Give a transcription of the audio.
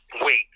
Wait